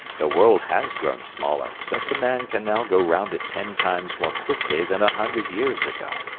the world has grown smaller, since a man can now go round it ten times more quickly than a hundred years ago.